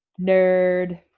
Nerd